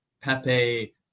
Pepe